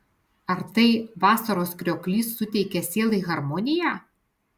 ar tai vasaros krioklys suteikia sielai harmoniją